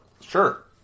Sure